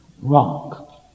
Wrong